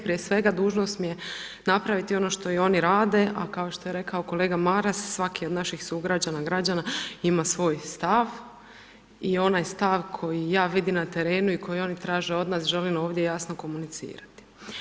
Prije svega, dužnost mi je napraviti ono što i oni rade, a kao što je rekao kolega Maras, svaki od naših sugrađana, građana ima svoj stav i onaj stav koji ja vidim na terenu i koji oni traže od nas, želim ovdje jasno komunicirati.